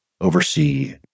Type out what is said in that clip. oversee